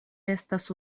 estas